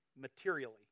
materially